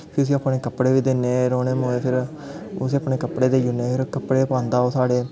फिर उस्सी कपड़े बी दिन्ने रौंह्ने मूजब फिर उस्सी अपने कपड़े देई ओड़ने फिर साढ़े कपड़े पांदा ओह् साढ़े